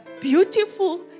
beautiful